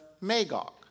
Magog